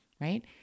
Right